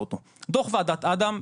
דוח ועדת אדם,